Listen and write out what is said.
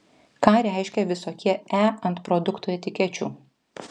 ką reiškia visokie e ant produktų etikečių